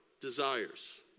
desires